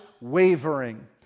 wavering